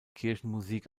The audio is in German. kirchenmusik